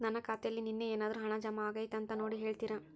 ನನ್ನ ಖಾತೆಯಲ್ಲಿ ನಿನ್ನೆ ಏನಾದರೂ ಹಣ ಜಮಾ ಆಗೈತಾ ಅಂತ ನೋಡಿ ಹೇಳ್ತೇರಾ?